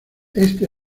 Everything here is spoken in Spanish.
este